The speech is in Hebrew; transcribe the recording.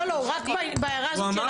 הוא אומר